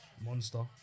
Monster